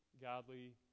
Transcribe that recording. godly